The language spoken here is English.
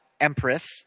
empress